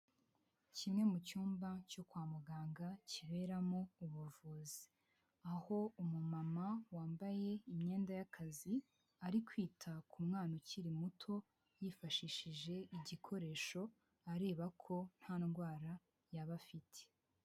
Kimwe mu cyumba cyo kwa muganga kiberamo ubuvuzi, aho umumama wambaye imyenda y'akazi ari kwita ku mwana ukiri muto yifashishije igikoresho areba ko nta ndwara yaba afite.